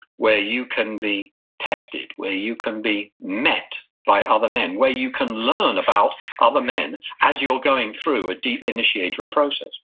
where you can be tested, where you can be met by other men, where you can learn about other men as you're going through a deep initiatory process.